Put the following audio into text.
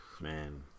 Man